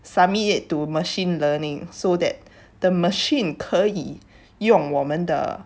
submit it to machine learning so that the machine 可以用我们的